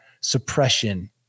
suppression